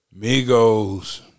Migos